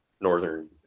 northern